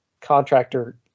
contractor